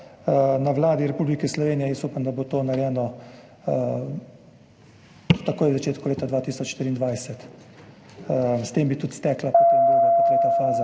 na Vladi Republike Slovenije, jaz upam, da bo to narejeno takoj v začetku leta 2023. S tem bi tudi stekla potem druga, pa tretja faza.